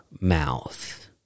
mouth